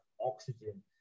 oxygen